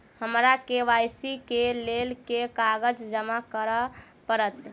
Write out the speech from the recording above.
हमरा के.वाई.सी केँ लेल केँ कागज जमा करऽ पड़त?